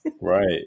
Right